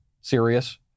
serious